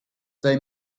they